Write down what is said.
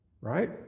Right